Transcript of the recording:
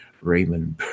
Raymond